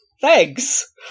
Thanks